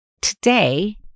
today